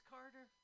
Carter